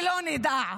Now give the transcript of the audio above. שלא נדע.